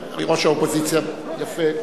ראש האופוזיציה, יפה,